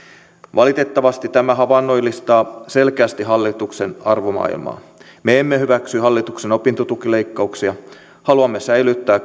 valitettavasti tämä havainnollistaa selkeästi hallituksen arvomaailmaa me emme hyväksy hallituksen opintotukileikkauksia haluamme säilyttää